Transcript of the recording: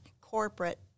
corporate